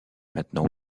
maintenant